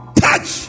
touch